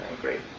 great